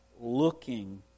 looking